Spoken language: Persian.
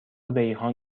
ریحان